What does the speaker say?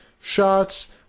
shots